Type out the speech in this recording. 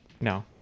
no